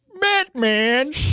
Batman